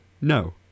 No